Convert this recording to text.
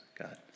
God